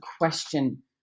question